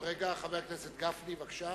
חבר הכנסת גפני, בבקשה.